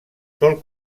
sol